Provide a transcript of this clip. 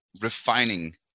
refining